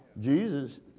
Jesus